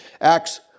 Acts